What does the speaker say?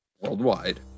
worldwide